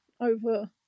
over